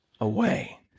away